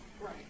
Right